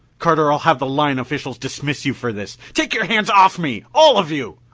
carter, i'll have the line officials dismiss you for this! take your hands off me all of you!